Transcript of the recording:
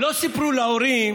לא סיפרו להורים